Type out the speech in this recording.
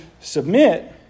submit